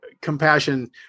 compassion